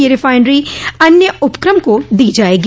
यह रिफाइनरी अन्य उपक्रम को दी जाएगी